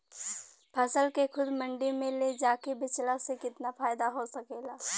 फसल के खुद मंडी में ले जाके बेचला से कितना फायदा हो सकेला?